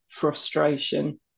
frustration